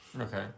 Okay